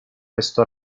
questo